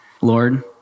Lord